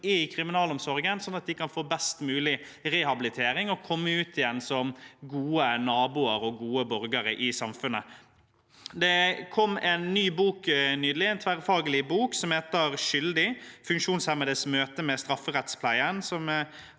i kriminalomsorgen, sånn at de kan få best mulig rehabilitering og komme ut igjen som gode naboer og gode borgere i samfunnet. Det kom en ny bok nylig, en tverrfaglig bok som heter «Skyldig? Funksjonshemmedes møte med strafferettspleien»,